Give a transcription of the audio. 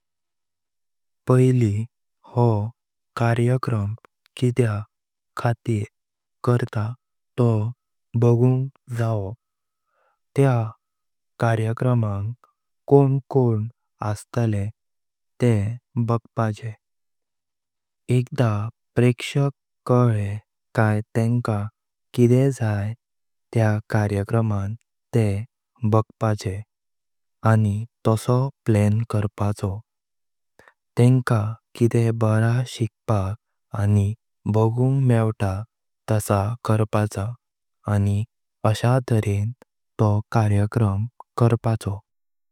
पहिली हो कायर्यक्रम किस गजाँ करता तोह बायूं जाव, त्या कार्यक्रमामं कोण कोण आस्तळे तेह बायपाचे। एकदा प्रेक्षक केले काय तेंका किस जाँ त्यान कार्यक्रमां तेह बायपाचे आनी तासो प्लान कर्पाचो। तेंका किस बारा शिख्पक आनी बायूं मेव्ट ताशा कर्पाचा आनी आशा तरेन तोह कार्यक्रम कर्पाचो।